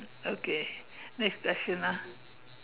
okay next question ah